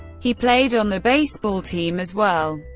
he played on the baseball team as well.